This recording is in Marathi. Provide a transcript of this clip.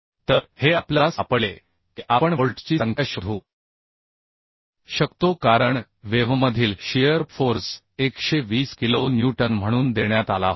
तर हे आपल्याला सापडले की आपण व्होल्ट्सची संख्या शोधू शकतो कारण वेव्हमधील शियर फोर्स 120 किलो न्यूटन म्हणून देण्यात आला होता